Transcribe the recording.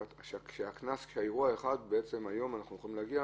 שהיום בקנס על אירוע אחד אנחנו יכולים להגיע